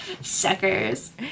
Suckers